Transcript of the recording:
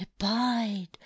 Abide